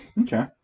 Okay